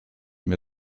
mir